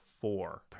four